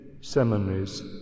seminaries